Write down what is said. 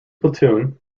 platoon